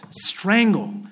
strangle